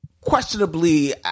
questionably